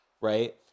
right